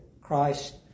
Christ